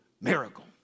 miracle